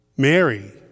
Mary